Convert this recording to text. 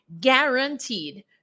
guaranteed